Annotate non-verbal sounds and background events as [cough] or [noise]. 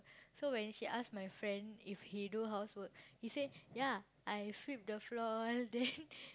so when she ask my friend if he do house work he say ya I sweep the floor then [laughs]